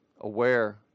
aware